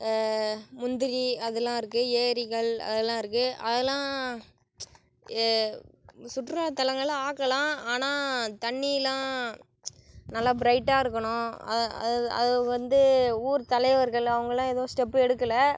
முந்திரி அதலாருக்குது ஏரிகள் அதலாருக்குது அதலாம் சுற்றுலா தலங்களாக ஆக்கலாம் ஆனால் தண்ணிலாம் நல்லா பிரைட்டாக இருக்கணும் அதை வந்து ஊர் தலைவர்கள் அவங்களாக எதுவும் ஸ்டெப் எடுக்கலை